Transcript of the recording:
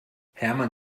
hermann